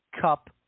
Cup